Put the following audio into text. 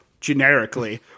generically